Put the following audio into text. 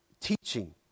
teaching